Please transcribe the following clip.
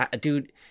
Dude